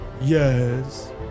yes